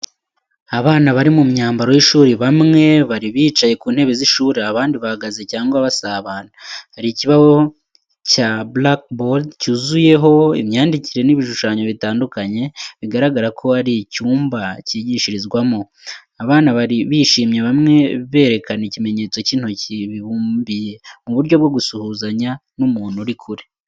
Abana bari mu myambaro y’ishuri bamwe bari bicaye ku ntebe z’ishuri, abandi bahagaze cyangwa basabana. Hari ikibaho cya blackboard cyuzuyeho imyandikire n’ibishushanyo bitandukanye, bigaragara ko ari icyumba cyigishirizwamo. Abana bari bishimye, bamwe berekana ikimenyetso cy' intoki bibumbiye mu buryo bwo gusuhuzanya n'umuntu uri kure.